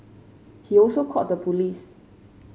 he also called the police